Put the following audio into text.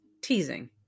teasing